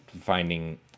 finding